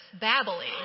babbling